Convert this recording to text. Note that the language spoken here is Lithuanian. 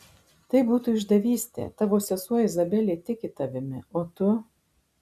tai būtų išdavystė tavo sesuo izabelė tiki tavimi o tu